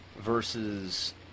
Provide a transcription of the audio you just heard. Versus